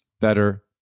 better